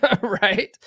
Right